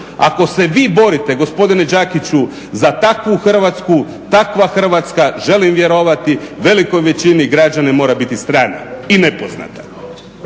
Ako se vi borite, gospodine Đakiću za takvu Hrvatsku, takva Hrvatska želim vjerovati velikoj većini građana mora biti strana i nepoznata.